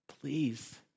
Please